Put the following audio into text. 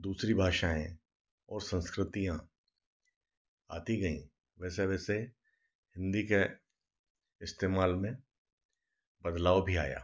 दूसरी भाषाएँ और संस्कृतियाँ आती गईं वैसे वैसे हिंदी के इस्तेमाल में बदलाव भी आया